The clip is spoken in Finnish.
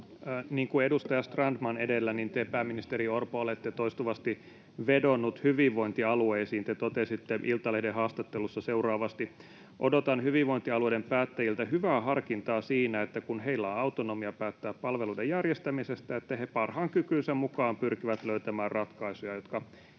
kuin edustaja Strandman edellä, te, pääministeri Orpo, olette toistuvasti vedonnut hyvinvointialueisiin. Te totesitte Iltalehden haastattelussa seuraavasti: ”Odotan hyvinvointialueiden päättäjiltä hyvää harkintaa siinä, että kun heillä on autonomia päättää palveluiden järjestämisestä, että he parhaan kykynsä mukaan pyrkivät löytämään ratkaisuja, jotka eivät